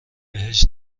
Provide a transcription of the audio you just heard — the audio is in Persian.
بهش